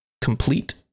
complete